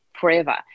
forever